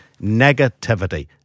negativity